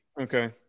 Okay